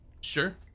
sure